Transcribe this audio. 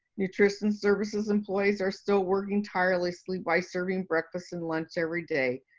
nutrition services employees are still working tirelessly by serving breakfast and lunch every day.